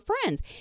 friends